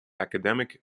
academic